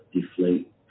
deflate